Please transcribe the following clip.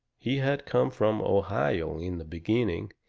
he had come from ohio in the beginning,